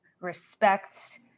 respect